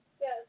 Yes